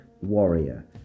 warrior